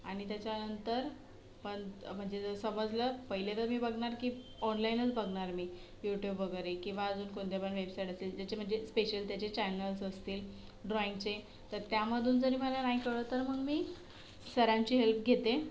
आणि त्याच्यानंतर पण म्हणजे जर समजलं पहिले तर मी बघणार की ऑनलाइनच बघणार मी युट्युब वगैरे किंवा अजून कोणत्या पण वेबसाईट असेल जेचे म्हणजे स्पेशल त्याचे चॅनल्स असतील ड्रॉईंगचे तर त्यामधून जरी मला नाही कळलं तर मग मी सरांची हेल्प घेते